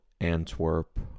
Antwerp